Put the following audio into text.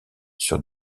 sur